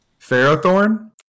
Ferrothorn